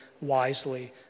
wisely